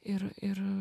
ir ir